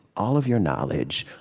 all of your knowledge,